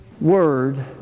word